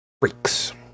freaks